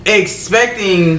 expecting